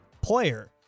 player